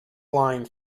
line